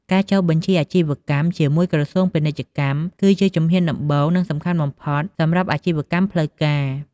ការចុះបញ្ជីអាជីវកម្ម ជាមួយ ក្រសួងពាណិជ្ជកម្ម គឺជា ជំហានដំបូង និង សំខាន់បំផុត សម្រាប់ អាជីវកម្មផ្លូវការ។